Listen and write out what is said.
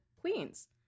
Queens